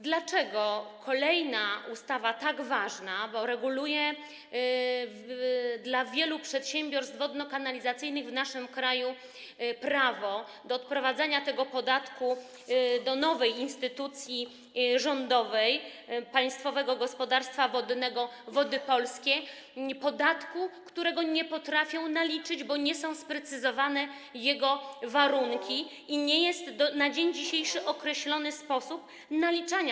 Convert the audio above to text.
Dlaczego kolejna tak ważna ustawa, bo reguluje dla wielu przedsiębiorstw wodno-kanalizacyjnych w naszym kraju prawo do odprowadzania tego podatku do nowej instytucji rządowej - Państwowego Gospodarstwa Wodnego Wody Polskie, podatku, którego nie potrafią naliczyć, bo nie są sprecyzowane jego warunki i nie jest na dzień dzisiejszy określony sposób jego naliczania.